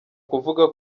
kuvuga